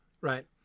right